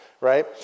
right